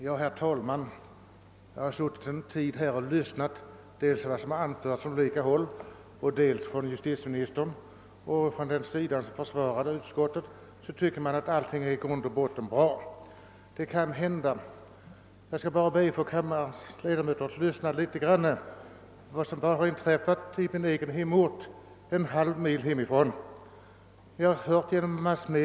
Herr talman! Jag har suttit och lyssnat på vad som har anförts från olika håll, både från dem som försvarar utskottsutlåtandet och från justitieministern. När man gör detta kan man tro att allt i grund och botten är bra. Det kanske det är. Jag skall dock be kammarens ledamöter att lyssna på vad jag skall berätta om en händelse som har inträffat en halv mil från den plats där jag bor.